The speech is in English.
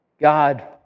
God